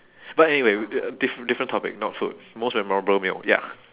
but anyway diff~ different topic not food most memorable meal ya